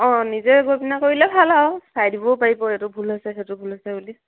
অঁ নিজে গৈ পিনে কৰিলে ভাল আৰু চাই দিবও পাৰিব এইটো ভুল হৈছে সেইটো ভুল হৈছে বুলি